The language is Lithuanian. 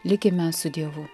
likime su dievu